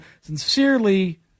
Sincerely